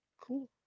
Cool